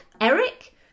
Eric